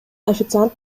официант